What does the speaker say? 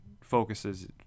focuses